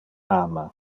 ama